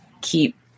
keep